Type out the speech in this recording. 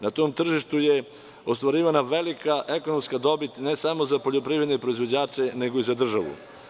Na tom tržištu je ostvarivana velika ekonomska dobit ne samo za poljoprivredne proizvođače nego i za državu.